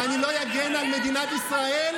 ואני לא אגן על מדינת ישראל,